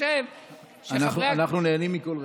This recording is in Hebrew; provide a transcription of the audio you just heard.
אנחנו נהנים מכל רגע.